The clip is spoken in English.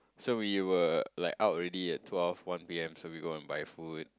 so we were like out already ah twelve one P_M so we go and buy food